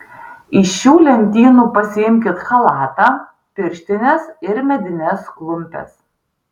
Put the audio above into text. iš šių lentynų pasiimkit chalatą pirštines ir medines klumpes